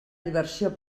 diversió